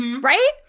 Right